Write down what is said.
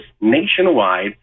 nationwide